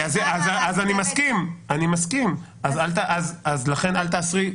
אני מסכים, לכן אל תאסרי.